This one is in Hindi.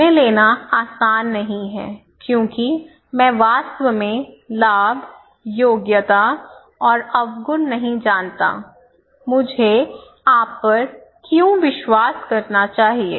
निर्णय लेना आसान नहीं है क्योंकि मैं वास्तव में लाभ योग्यता और अवगुण नहीं जानता मुझे आप पर क्यों विश्वास करना चाहिए